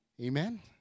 Amen